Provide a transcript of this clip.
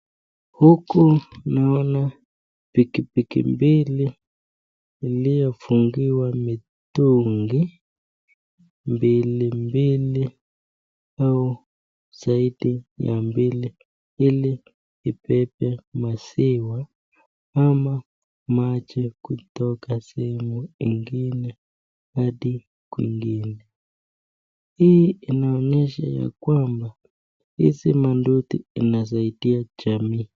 Huku naona pikipiki mbili iliyofungiwa mitungi mbili mbili au zaidi ya mbili iliibebe maziwa ama maji kutoka sehemu ingine hadi kwengine. Hii inaonyesha ya kwamba hizi manduthi inasaidia jamii.